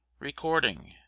Recording